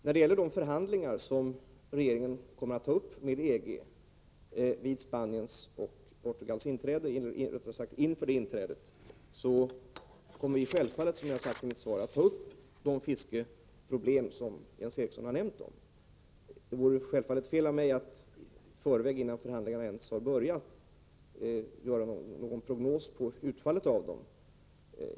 När det gäller de förhandlingar som regeringen kommer att ta upp med EG inför Spaniens och Portugals inträde kommer vi självfallet att ta upp de fiskeproblem som Jens Eriksson berört. Det vore självfallet fel av mig att innan förhandlingarna ens har börjat ställa någon prognos beträffande utfallet.